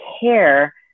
care